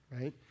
right